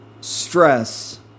stress